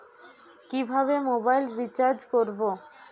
কিভাবে mobile recharge করব?